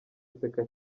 aseka